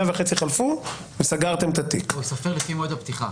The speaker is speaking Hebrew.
הוא ייספר לפי מועד הפתיחה.